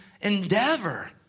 endeavor